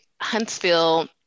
Huntsville